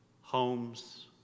Homes